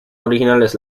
originales